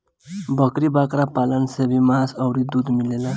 बकरी बकरा पालन से भी मांस अउरी दूध मिलेला